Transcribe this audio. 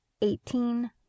eighteen